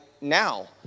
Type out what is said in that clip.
now